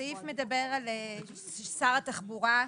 "שר התחבורה,